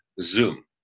Zoom